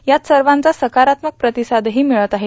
यात सर्वाचा सकारात्मक प्रतिसादही मिळत आहे